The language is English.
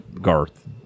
Garth